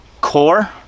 Core